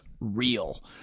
real